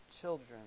Children